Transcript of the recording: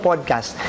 podcast